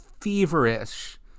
feverish